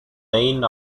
vein